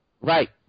Right